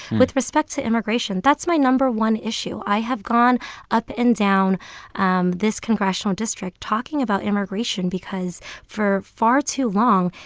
with respect to immigration, that's my no. one issue. i have gone up and down um this congressional district talking about immigration because for far too long,